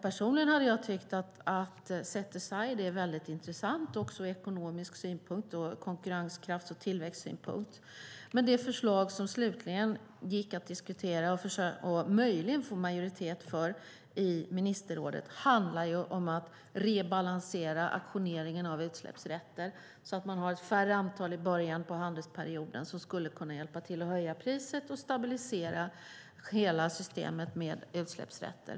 Personligen hade jag tyckt att set-aside vore väldigt intressant också ur ekonomisk synpunkt och ur konkurrenskraft och tillväxtsynpunkt, men det förslag som slutligen gick att diskutera och möjligen få majoritet för i ministerrådet handlade om att rebalansera auktioneringen av utsläppsrätter, så att man har ett färre antal i början av handelsperioden som skulle kunna hjälpa till att höja priset och stabilisera hela systemet med utsläppsrätter.